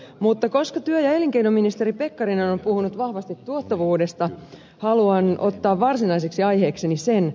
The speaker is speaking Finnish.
mutta koska työ ja elinkeinoministeri pekkarinen on puhunut vahvasti tuottavuudesta haluan ottaa varsinaiseksi aiheekseni sen